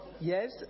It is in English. Yes